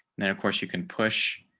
then of course, you can push